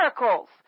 miracles